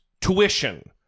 tuition